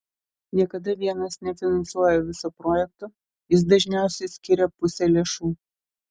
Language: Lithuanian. niekada vienas nefinansuoja viso projekto jis dažniausiai skiria pusę lėšų